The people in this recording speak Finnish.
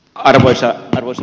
arvoisa puhemies